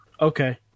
okay